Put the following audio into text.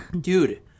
dude